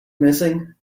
missing